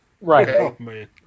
Right